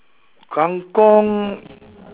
kang-kong